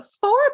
four